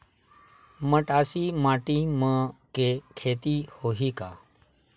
मटासी माटी म के खेती होही का?